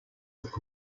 but